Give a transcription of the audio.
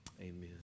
amen